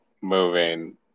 moving